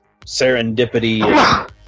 serendipity